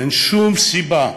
אין שום סיבה,